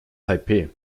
taipeh